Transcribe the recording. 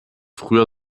früher